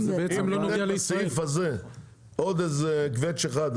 ניתן בסעיף הזה עוד קווץ' אחד,